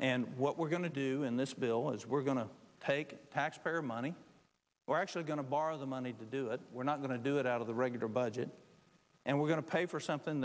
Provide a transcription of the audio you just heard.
and what we're going to do in this bill is we're going to take taxpayer money we're actually going to borrow the money to do it we're not going to do it out of the regular budget and we're going to pay for something